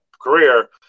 career